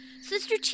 Sister